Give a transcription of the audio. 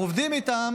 אנחנו עובדים איתם